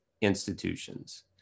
institutions